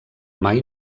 mai